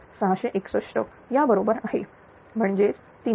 661 या बरोबर आहे म्हणजेच 317